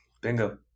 bingo